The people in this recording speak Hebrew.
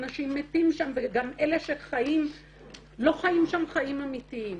אנשים מתים שם וגם אלה שחיים לא חיים שם חיים אמיתיים.